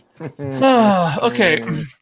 Okay